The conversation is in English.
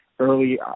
Early